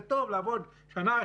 זה טוב לעבוד שנה,